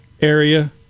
area